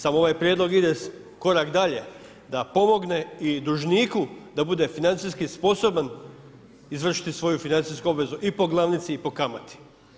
Samo ovaj prijedlog ide korak dalje da pomogne i dužniku da bude financijski sposoban izvršiti svoju financijsku obvezu i po glavnici i po kamati.